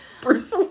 Bruce